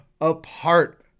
apart